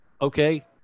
okay